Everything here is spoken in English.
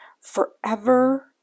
forever